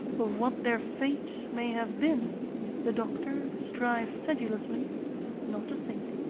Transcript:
of what their fate may have been the doctor strives sedulously not to think.